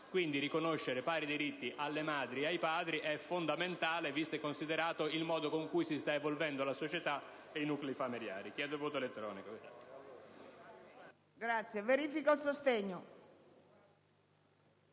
Quindi, riconoscere pari diritti alle madri e ai padri è fondamentale, visto e considerato il modo in cui si stanno evolvendo la società e i nuclei familiari.